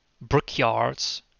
brickyards